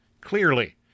clearly